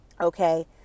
Okay